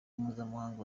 mpuzamahanga